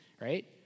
right